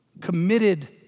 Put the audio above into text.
committed